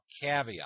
caveat